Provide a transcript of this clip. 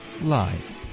lies